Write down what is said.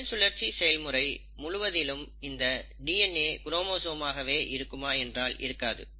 செல் சுழற்சி செயல்முறை முழுவதிலும் இந்த டிஎன்ஏ குரோமோசோமாகவே இருக்குமா என்றால் இருக்காது